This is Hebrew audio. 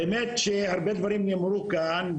האמת שהרבה דברים נאמרו כאן,